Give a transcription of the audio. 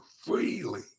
freely